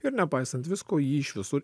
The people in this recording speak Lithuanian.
ir nepaisant visko jį iš visur